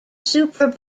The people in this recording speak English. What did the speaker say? super